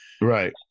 right